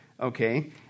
okay